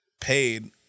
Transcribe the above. paid